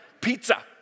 Pizza